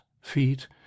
feet